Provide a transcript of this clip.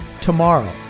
tomorrow